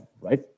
right